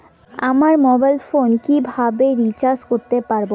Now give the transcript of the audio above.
আমার mobile phone কিভাবে recharge করতে পারব?